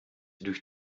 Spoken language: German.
durch